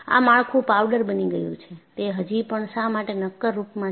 આ માળખું પાવડર બની ગયું છે તે હજી પણ શા માટે નક્કર રૂપમાં છે